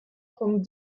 trente